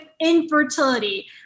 infertility